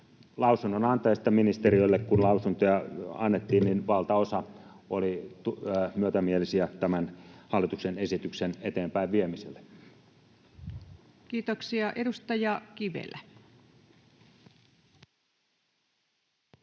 Lausunnonantajista, kun ministeriölle lausuntoja annettiin, valtaosa oli myötämielisiä tämän hallituksen esityksen viemiselle eteenpäin. Kiitoksia. — Edustaja Kivelä.